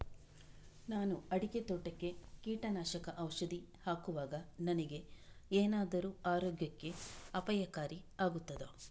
ನಾನು ಅಡಿಕೆ ತೋಟಕ್ಕೆ ಕೀಟನಾಶಕ ಔಷಧಿ ಹಾಕುವಾಗ ನನಗೆ ಏನಾದರೂ ಆರೋಗ್ಯಕ್ಕೆ ಅಪಾಯಕಾರಿ ಆಗುತ್ತದಾ?